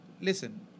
Listen